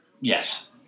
Yes